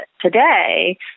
today